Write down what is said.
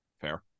Fair